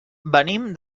venim